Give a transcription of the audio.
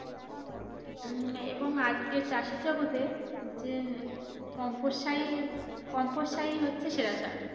এবং আজকের চাষের জগতে যে কম্পোস্ট আর অ ফয়ে কম্পোসসারই হচ্ছে সেরা সাার